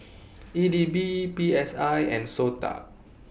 E D B P S I and Sota